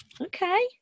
okay